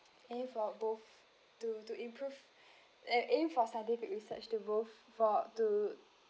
aim for both to to improve and aim for scientific research to both for to